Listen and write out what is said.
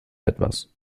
etwas